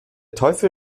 teufel